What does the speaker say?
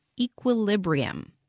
equilibrium